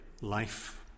life